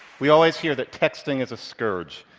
we always hear that texting is a scourge.